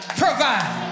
provide